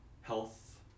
health